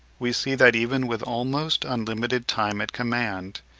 we see that even with almost unlimited time at command,